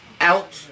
out